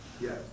Yes